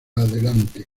adelante